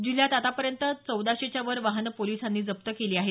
जिल्ह्यात आतापर्यंत चौदाशेच्यावर वाहनं पोलिसांनी जप्त केली आहेत